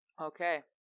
Okay